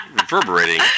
Reverberating